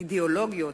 אידיאולוגיות,